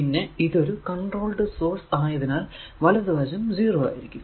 പിന്നെ ഇതൊരു controlled source ആയതിനാൽ വലതു വശം 0 ആയിരിക്കും